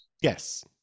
Yes